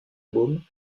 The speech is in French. baume